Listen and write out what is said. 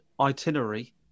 itinerary